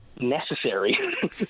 necessary